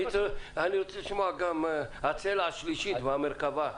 אני רוצה לשמוע גם מהצלע השלישית במרכבה,